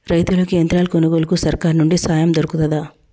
రైతులకి యంత్రాలు కొనుగోలుకు సర్కారు నుండి సాయం దొరుకుతదా?